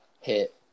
hit